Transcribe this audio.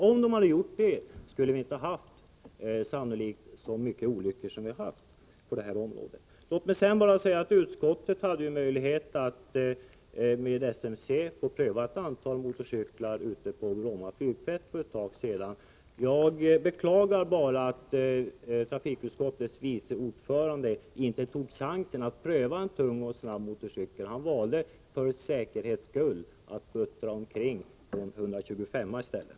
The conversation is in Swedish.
Annars hade vi sannolikt inte haft så många olyckor på detta område. Utskottet hade ju möjlighet att tillsammans med SMC prova ett antal motorcyklar ute på Bromma flygfält för ett tag sedan. Jag beklagar att trafikutskottets vice ordförande inte tog chansen att pröva en snabb och tung motorcykel. Han valde för säkerhets skull att puttra omkring på en 125:a i stället.